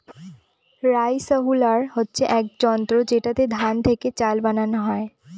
rice huller হচ্ছে এক যন্ত্র যেটাতে ধান থেকে চাল বানানো হয়